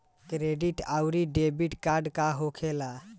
Credit आउरी debit card का होखेला?